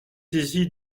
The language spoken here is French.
saisi